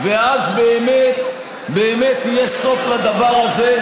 ואז באמת יהיה סוף לדבר הזה,